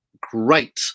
great